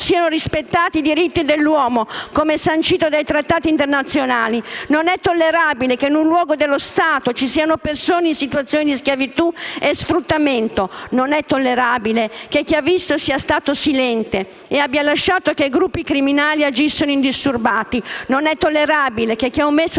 siano rispettati i diritti dell'uomo, come sancito dai trattati internazionali; non è tollerabile che in un luogo dello Stato ci siano persone in situazioni di schiavitù e sfruttamento; non è tollerabile che chi ha visto sia stato silente ed abbia lasciato che gruppi criminali agissero indisturbati; non è tollerabile che chi ha omesso